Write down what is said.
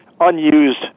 unused